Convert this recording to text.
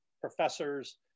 professors